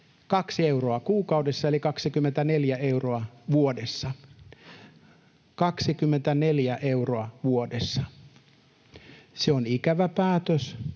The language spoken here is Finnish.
24 euroa vuodessa — 24 euroa vuodessa. Se on ikävä päätös,